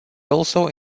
also